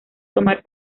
tomar